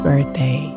Birthday